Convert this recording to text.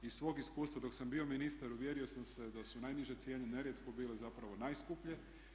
Iz svog iskustva dok sam bio ministar uvjerio sam se da su najniže cijene nerijetko bile zapravo najskuplje.